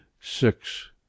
six